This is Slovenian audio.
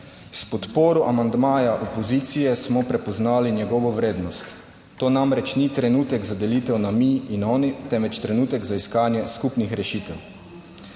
S podporo amandmaja opozicije smo prepoznali njegovo vrednost. To namreč ni trenutek za delitev na mi in oni, temveč trenutek za iskanje skupnih rešitev.